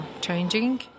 changing